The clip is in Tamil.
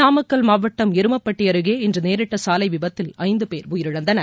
நாமக்கல் மாவட்டம் எருமப்பட்டி அருகே இன்று நேரிட்ட சாலை விபத்தில் ஐந்து பேர் உயிரிழந்தனர்